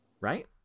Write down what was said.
Right